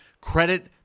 credit